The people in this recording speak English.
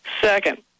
Second